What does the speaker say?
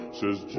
says